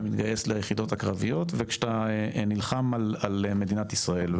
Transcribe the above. מתגייס ליחידות הקרביות וכשאתה נלחם על מדינת ישראל.